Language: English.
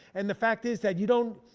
and the fact is that you don't,